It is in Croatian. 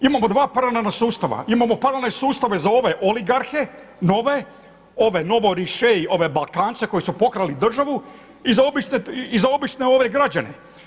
Imamo dva paralelna sustava, imamo paralelne sustave za ove oligarhe nove, ove … ove Balkance koji su pokrali državu i za obične građane.